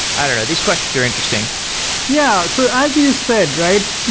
i don't know, these questions are interesting yeah. so as you said, right?